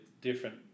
different